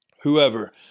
whoever